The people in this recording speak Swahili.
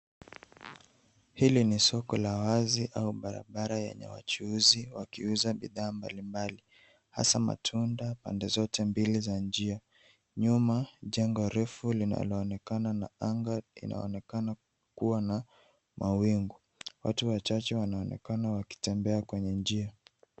Hili ni soko la wazi au barabara yenye wachuuzi wakiuza bidhaa mbalimbali. Hasaa matunda pande zote mbili za njia. Nyuma, jengo refu linaonekana na anga inaonekana kuwa na mawingu. Watu wachache wanaonekana wakitembea kwenye njia.